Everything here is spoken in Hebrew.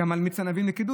גם על מיץ ענבים לקידוש,